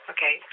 Okay